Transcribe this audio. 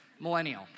millennial